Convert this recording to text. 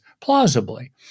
plausibly